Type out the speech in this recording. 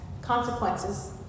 consequences